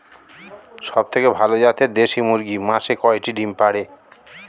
সবথেকে ভালো জাতের দেশি মুরগি মাসে কয়টি ডিম পাড়ে?